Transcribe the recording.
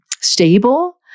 stable